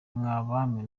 bami